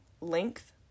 length